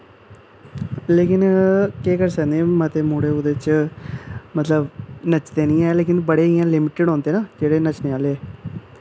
लेकिन केह् करी सकने मते मुड़े ओह्दे च मतलब नचदे निं हैन लेकिन बड़े इ'यां लिमटिड होंदे न जेह्ड़े नच्चने आह्ले